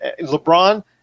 LeBron